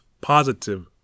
Positive